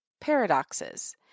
paradoxes